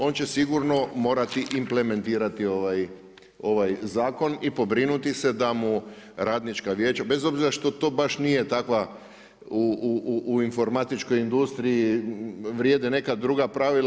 On će sigurno morati implementirati ovaj zakon i pobrinuti se da mu Radnička vijeća, bez obzira što to baš nije takva u informatičkoj industriji vrijede neka druga pravila.